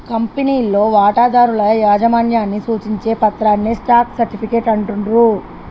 కంపెనీలో వాటాదారుల యాజమాన్యాన్ని సూచించే పత్రాన్నే స్టాక్ సర్టిఫికేట్ అంటుండ్రు